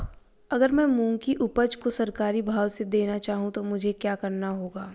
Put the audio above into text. अगर मैं मूंग की उपज को सरकारी भाव से देना चाहूँ तो मुझे क्या करना होगा?